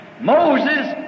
Moses